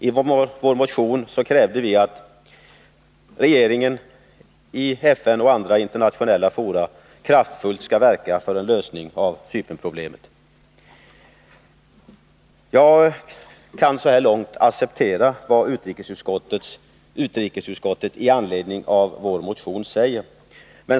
I vår motion kräver vi att regeringen i FN och andra internationella fora kraftfullt skall verka för en lösning av Cypernproblemet. Jag kan så här långt acceptera vad utrikesutskottet säger i anledning av vår motion.